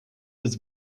was